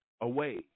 away